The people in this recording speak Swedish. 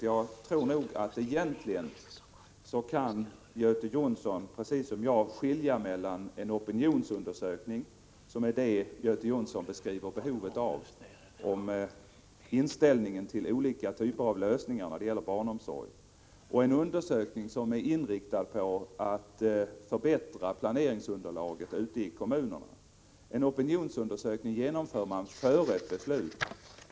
Jag tror nog att Göte Jonsson egentligen, precis som jag, kan skilja mellan en opinionsundersökning, som är det som Göte Jonsson beskriver behovet av när det gäller inställningen till olika typer av lösningar i fråga om barnomsorg och en undersökning som är inriktad på att förbättra planeringsunderlaget ute i kommunerna. En opinionsundersökning genomför man före ett beslut.